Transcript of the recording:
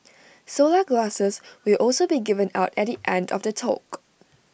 solar glasses will also be given out at the end of the talk